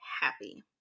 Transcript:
happy